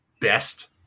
best